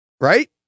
right